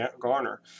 garner